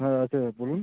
হ্যাঁ আছে বলুন